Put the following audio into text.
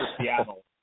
Seattle